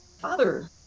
Father